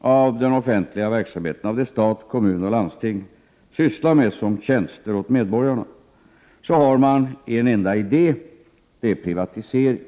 av den offentliga verksamheten - det som stat, kommuner och landsting sysslar med som tjänster åt medborgarna - har man såvitt jag förstår en enda idé. Det är privatisering.